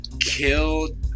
Kill